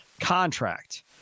contract